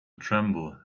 tremble